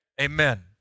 Amen